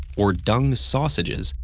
or dung sausages,